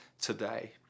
today